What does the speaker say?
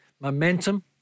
momentum